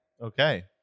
Okay